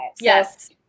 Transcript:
yes